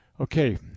Okay